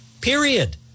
period